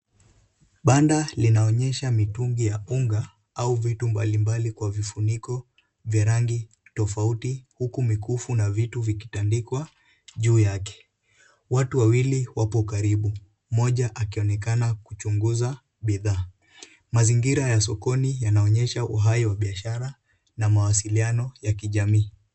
Banda linaonyesha mitungi ya unga au vitu mbali mbali kwa vifuniko vya rangi tofauti, huku mikufu na vitu vikitandikwa juu yake. Watu wawili wapo karibu. Mmoja akionekana kuchunguza bidhaa. Mazingira ya sokoni yanaonyesha uhai wa biashara na mawasiliano ya kijamii.